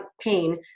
pain